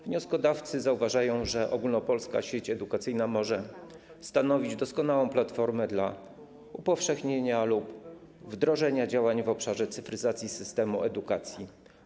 Wnioskodawcy zauważają, że Ogólnopolska Sieć Edukacyjna może stanowić doskonałą platformę dla upowszechnienia lub wdrażania działań w obszarze cyfryzacji systemu edukacji.